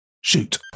Shoot